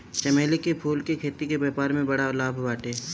चमेली के फूल के खेती से व्यापार में बड़ा लाभ बाटे